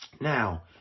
Now